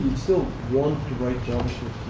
still want to write javascript.